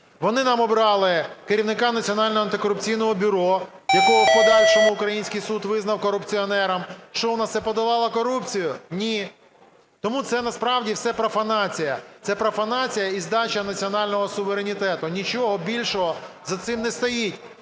Вони нам обрали керівника Національного антикорупційного бюро, якого в подальшому український суд визнав корупціонером. Що, у нас це подолало корупцію? Ні. Тому це насправді все профанація. Це профанація і здача національного суверенітету, нічого більше за цим не стоїть.